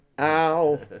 Ow